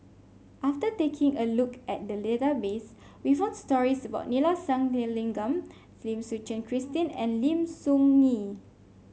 after taking a look at the database we found stories about Neila Sathyalingam Lim Suchen Christine and Lim Soo Ngee